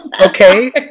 okay